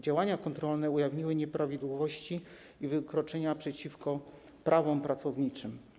Działania kontrolne ujawniły nieprawidłowości i wykroczenia przeciwko prawom pracowniczym.